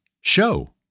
show